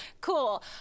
cool